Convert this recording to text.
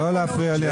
לא להפריע לי עכשיו.